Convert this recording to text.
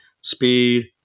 speed